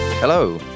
Hello